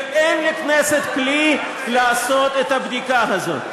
ואין לכנסת כלי לעשות את הבדיקה הזאת.